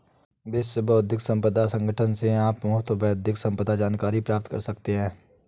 विश्व बौद्धिक संपदा संगठन से आप मुफ्त बौद्धिक संपदा जानकारी प्राप्त करते हैं